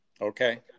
Okay